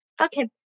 Okay